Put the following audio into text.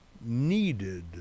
needed